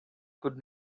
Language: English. could